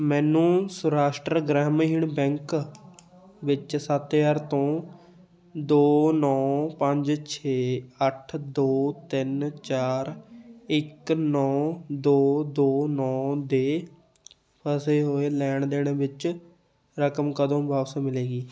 ਮੈਨੂੰ ਸੌਰਾਸ਼ਟਰ ਗ੍ਰਾਮੀਣ ਬੈਂਕ ਵਿੱਚ ਸੱਤ ਹਜ਼ਾਰ ਤੋਂ ਦੋ ਨੌਂ ਪੰਜ ਛੇ ਅੱਠ ਦੋ ਤਿੰਨ ਚਾਰ ਇੱਕ ਨੌਂ ਦੋ ਦੋ ਨੌਂ ਦੇ ਫਸੇ ਹੋਏ ਲੈਣ ਦੇਣ ਵਿੱਚ ਰਕਮ ਕਦੋਂ ਵਾਪਸ ਮਿਲੇਗੀ